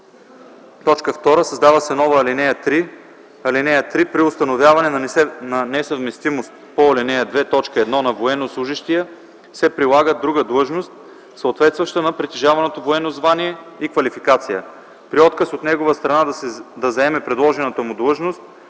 2. Създава се нова ал. 3: „(3) При установяване на несъвместимост по ал. 2, т. 1 на военнослужещия се предлага друга длъжност, съответстваща на притежаваното военно звание и квалификация. При отказ от негова страна да заеме предложената му длъжност